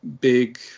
big